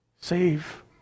Save